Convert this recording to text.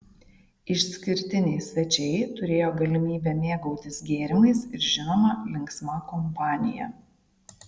išskirtiniai svečiai turėjo galimybę mėgautis gėrimais ir žinoma linksma kompanija